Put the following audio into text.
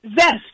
Zest